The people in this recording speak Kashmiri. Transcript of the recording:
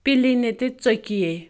پِلے نہٕ تہِ ژوٚکِیے